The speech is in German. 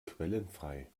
quellenfrei